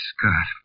Scott